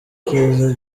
keza